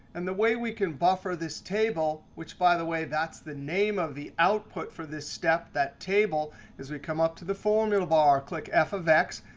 and the way we can buffer this table which, by the way, that's the name of the output for this step, that table is we come up to the formula bar, click f of x.